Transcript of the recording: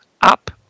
up